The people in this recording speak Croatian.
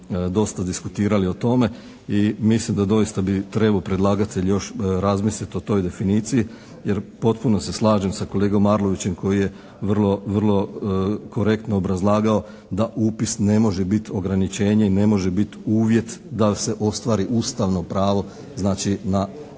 dosta diskutirali o tome i mislim da doista bi trebao predlagatelj još razmisliti o toj definiciji. Jer potpuno se slažem sa kolegom Arlovićem koji je vrlo, vrlo korektno obrazlagao da upis ne može biti ograničenje i ne može biti uvjet da se ostvari ustavno pravo znači na